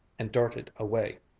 and darted away.